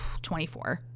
24